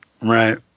Right